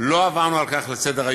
לא עברנו על כך לסדר-היום.